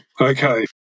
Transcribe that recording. Okay